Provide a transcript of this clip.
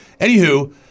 anywho